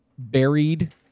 buried